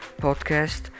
podcast